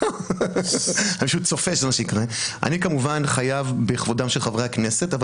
אני כמובן חייב בכבודם של חברי הכנסת אבל